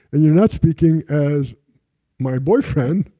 and you're not speaking as my boyfriend,